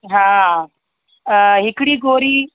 हा अ हिकिड़ी गोरी